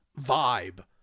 vibe